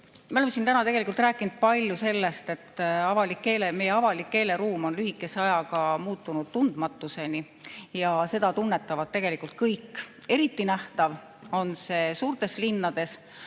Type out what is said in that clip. oleme siin täna rääkinud palju sellest, et meie avalik keeleruum on lühikese ajaga tundmatuseni muutunud. Seda tunnetavad tegelikult kõik. Eriti nähtav on see suurtes linnades,